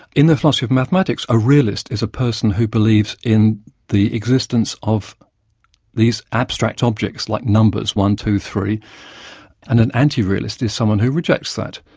in the philosophy of mathematics, a realist is a person who believes in the existence of these abstract objects like numbers one, two, three and an anti-realist is someone who rejects that,